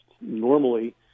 Normally